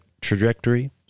trajectory